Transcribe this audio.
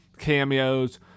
cameos